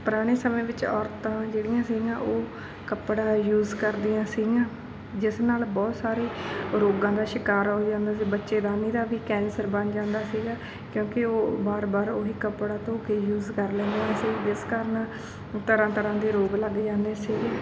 ਪੁਰਾਣੇ ਸਮੇਂ ਵਿੱਚ ਔਰਤਾਂ ਜਿਹੜੀਆਂ ਸੀਗੀਆਂ ਉਹ ਕੱਪੜਾ ਯੂਸ ਕਰਦੀਆਂ ਸੀਗੀਆਂ ਜਿਸ ਨਾਲ ਬਹੁਤ ਸਾਰੇ ਰੋਗਾਂ ਦਾ ਸ਼ਿਕਾਰ ਹੋ ਜਾਂਦਾ ਸੀ ਬੱਚੇਦਾਨੀ ਦਾ ਵੀ ਕੈਂਸਰ ਬਣ ਜਾਂਦਾ ਸੀਗਾ ਕਿਉਂਕਿ ਉਹ ਬਾਰ ਬਾਰ ਉਹੀ ਕੱਪੜਾ ਧੋ ਕੇ ਯੂਸ ਕਰ ਲੈਂਦੀਆਂ ਸੀ ਜਿਸ ਕਾਰਨ ਤਰ੍ਹਾਂ ਤਰ੍ਹਾਂ ਦੇ ਰੋਗ ਲੱਗ ਜਾਂਦੇ ਸੀਗੇ